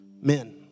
Men